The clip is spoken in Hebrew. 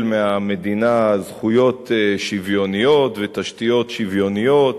מהמדינה זכויות שוויוניות ותשתיות שוויוניות,